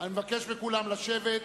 אני מבקש מכולם לשבת.